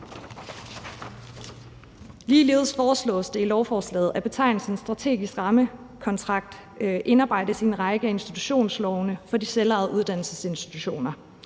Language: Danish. Ligeledes foreslås det i lovforslaget, at betegnelsen strategisk rammekontrakt indarbejdes i en række af institutionslovene for de selvejende uddannelsesinstitutioner.